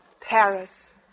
Paris